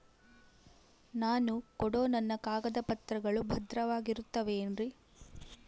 ನಾನು ಕೊಡೋ ನನ್ನ ಕಾಗದ ಪತ್ರಗಳು ಭದ್ರವಾಗಿರುತ್ತವೆ ಏನ್ರಿ?